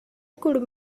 could